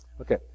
Okay